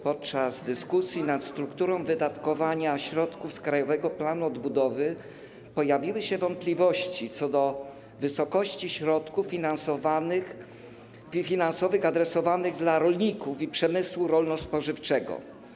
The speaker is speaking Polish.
Podczas dyskusji nad strukturą wydatkowania środków z Krajowego Planu Odbudowy pojawiły się wątpliwości co do wysokości środków finansowych adresowanych do rolników i przemysłu rolno-spożywczego.